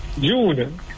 June